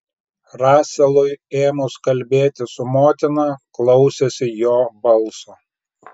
raselui ėmus kalbėti su motina klausėsi jo balso